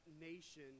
nation